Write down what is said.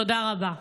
תודה רבה.